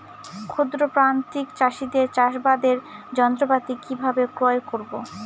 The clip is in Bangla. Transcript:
ক্ষুদ্র প্রান্তিক চাষীদের চাষাবাদের যন্ত্রপাতি কিভাবে ক্রয় করব?